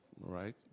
right